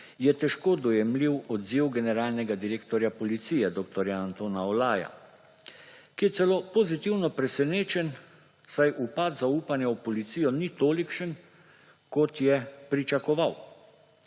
je težko dojemljiv odziv generalnega direktorja policije dr. Antona Olaja, ki je celo pozitivno presenečen, saj upad zaupanja v policijo ni tolikšen, kot je pričakoval.